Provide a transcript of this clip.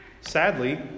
sadly